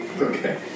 Okay